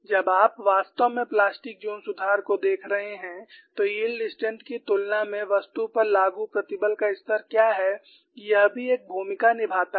जब आप वास्तव में प्लास्टिक ज़ोन सुधार को देख रहे हैं तो यील्ड स्ट्रेंग्थ की तुलना में वस्तु पर लागू प्रतिबल का स्तर क्या है यह भी एक भूमिका निभाता है